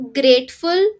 grateful